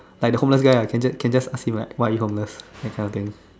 like the homeless guy I can just ask him like why are you homeless that kind of thing